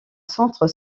centre